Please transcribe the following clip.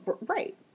right